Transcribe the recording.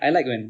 I like when